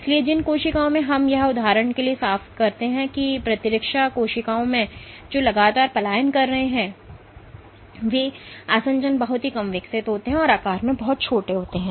इसलिए जिन कोशिकाओं में हम यहां उदाहरण के लिए साफ किए गए हैं प्रतिरक्षा कोशिकाओं में जो लगातार पलायन कर रहे हैं ये आसंजन बहुत कम विकसित हैं और आकार में बहुत छोटे हैं